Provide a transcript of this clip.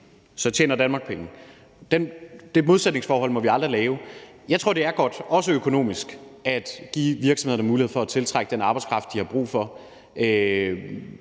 så tjener Danmark penge. Det modsætningsforhold må vi aldrig lave. Jeg tror, det er godt, også økonomisk, at give virksomhederne mulighed for at tiltrække den arbejdskraft, de har brug for,